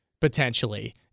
potentially